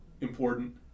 important